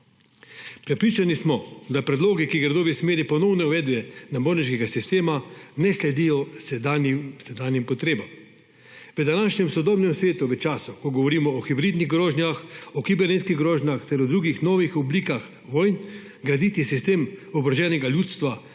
Prepričani smo, da predlogi, ki gredo v smeri ponovne uvedbe naborniškega sistema, ne sledijo sedanjim potrebam. V današnjem sodobnem svetu, v času, ko govorimo o hibridnih grožnjah, o kibernetskih grožnjah ter o drugih novih oblikah vojn, se nam zdi graditi sistem oboroženega ljudstva